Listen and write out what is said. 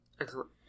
Excellent